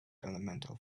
elemental